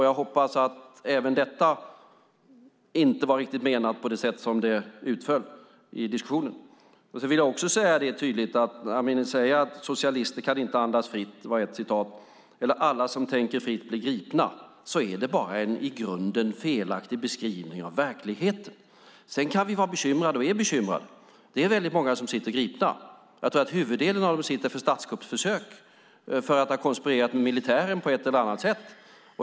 Jag hoppas att inte heller detta var riktigt menat på det sätt som det utföll i diskussionen. Sedan vill jag också säga tydligt, när Amineh säger att socialister inte kan andas fritt eller att alla som tänker fritt blir gripna, att det bara är en i grunden felaktig beskrivning av verkligheten. Vi kan vara och är bekymrade över att det är väldigt många som sitter gripna. Jag tror att huvuddelen av dem sitter för statskuppsförsök, för att ha konspirerat med militären på ett eller annat sätt.